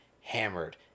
hammered